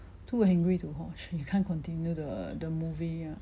too angry to watch you can't continue the the movie ah